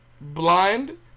Blind